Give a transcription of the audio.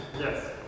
Yes